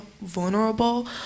vulnerable